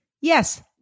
Yes